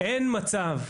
אין מצב,